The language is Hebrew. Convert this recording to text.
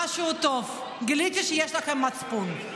משהו טוב: גיליתי שיש לכם מצפון.